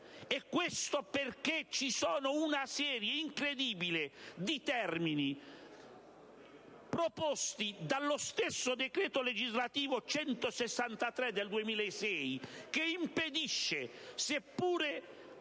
Questo, perché c'è una serie incredibile di termini proposti dallo stesso decreto legislativo n. 163 del 2006, che impedisce, seppure